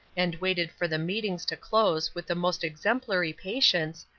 and waited for the meetings to close with the most exemplary patience,